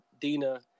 Dina